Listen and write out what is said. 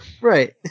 Right